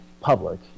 public